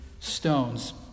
Stones